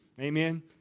Amen